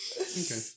Okay